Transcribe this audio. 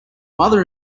mother